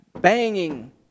Banging